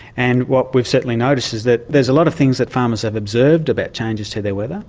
and what we've certainly noticed is that there's a lot of things that farmers have observed about changes to their weather,